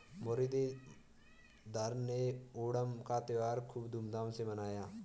मुरलीधर ने ओणम का त्योहार खूब धूमधाम से मनाया